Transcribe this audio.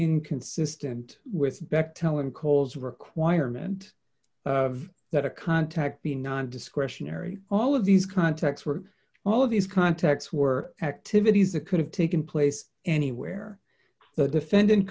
inconsistent with bechtel and kohl's requirement that a contact be non discretionary all of these contacts were all of these contacts were activities a could have taken place anywhere the defendant